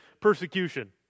persecution